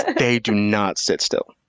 they do not sit still.